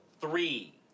three